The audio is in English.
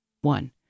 one